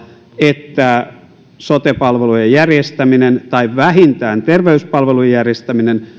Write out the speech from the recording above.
että sote palvelujen järjestäminen tai vähintään terveyspalvelujen järjestäminen